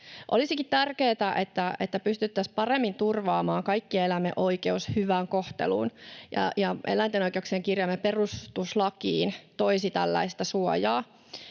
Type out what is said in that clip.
Olisikin tärkeätä, että pystyttäisiin paremmin turvaamaan kaikkien eläinten oikeus hyvään kohteluun, ja eläinten oikeuksien kirjaaminen perustuslakiin toisi tällaista suojaa.